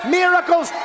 miracles